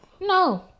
No